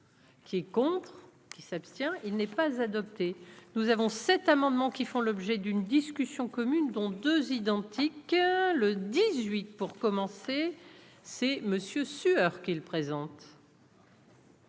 Qui est contre qui s'abstient, il n'est pas adopté, nous avons cet amendement qui font l'objet d'une discussion commune dont 2 identique, le dix-huit pour commencer, c'est monsieur Sueur qui le présente.